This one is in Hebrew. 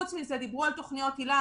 חוץ מזה, דיברו על תוכנית היל"ה.